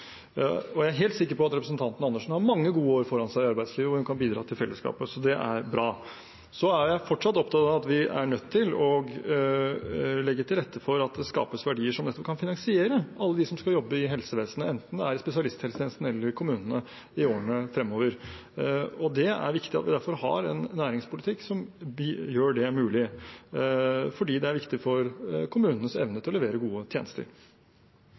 Jeg er helt sikker på at representanten Karin Andersen har mange gode år foran seg i arbeidslivet der hun kan bidra til fellesskapet – og det er bra. Jeg er fortsatt opptatt av at vi er nødt til å legge til rette for at det skapes verdier som kan finansiere alle dem som skal jobbe i helsevesenet, enten det er i spesialisthelsetjenesten eller i kommunene, i årene fremover. Det er derfor viktig at vi har en næringspolitikk som gjør det mulig. Det er viktig for kommunenes evne til å levere gode tjenester.